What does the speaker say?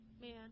Man